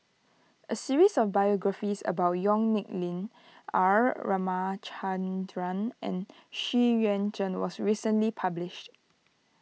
a series of biographies about Yong Nyuk Lin R Ramachandran and Xu Yuan Zhen was recently published